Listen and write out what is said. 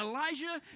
Elijah